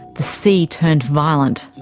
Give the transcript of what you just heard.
the sea turned violent.